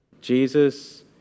Jesus